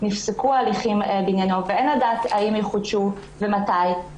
נפסקו ההליכים בעניינו ואין לדעת אם יחודשו ומתי.